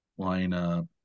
lineup